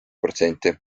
protsenti